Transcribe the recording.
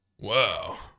Wow